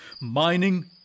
mining